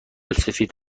سفید